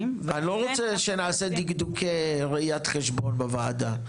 --- אני לא רוצה שנעשה דקדוקי ראיית חשבון בוועדה,